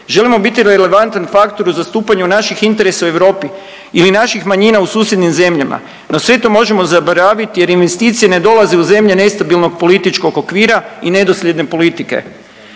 želimo biti relevantan faktor u zastupanju naših interesa u Europi ili naših manjina u susjednim zemljama. No, sve to možemo zaboraviti jer investicije ne dolaze u zemlje nestabilnog političkog okvira i nedosljedne politike.